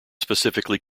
specifically